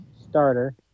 starter